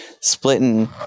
splitting